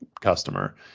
customer